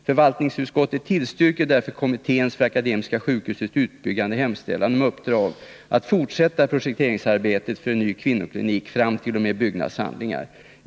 Förvaltningsutskottet tillstyrker därför kommitténs för Akademiska sjukhusets utbyggande hemställan om uppdrag att fortsätta projekteringsarbetet för en ny kvinnoklinik fram t.o.m. byggnadshandlingar.